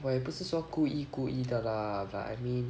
我也不是说故意故意的 lah but I mean